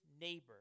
neighbor